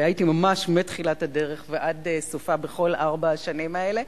שהיה אתי ממש מתחילת הדרך ועד סופה בכל ארבע השנים האלה.